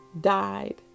died